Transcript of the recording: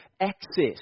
access